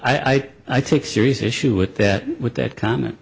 i take serious issue with that with that comment